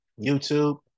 YouTube